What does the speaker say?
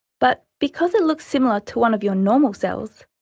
but because it looks similar to one of your normal cells,